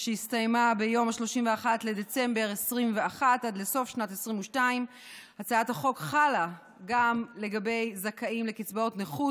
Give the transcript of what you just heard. שהסתיימה ב-31 בדצמבר 2021 עד לסוף שנת 2022. הצעת החוק חלה גם לגבי זכאים לקצבאות נכות,